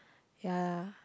ya